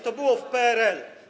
To było w PRL.